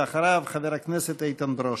אחריו, חבר הכנסת איתן ברושי.